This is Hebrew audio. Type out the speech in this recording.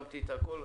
שמתי את הכול,